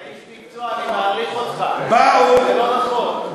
אתה איש מקצוע, אני מעריך אותך, זה לא נכון.